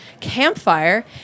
Campfire